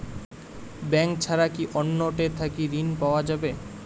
Bank ছাড়া কি অন্য টে থাকি ঋণ পাওয়া যাবে?